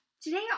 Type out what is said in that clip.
Today